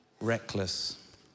reckless